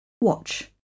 Watch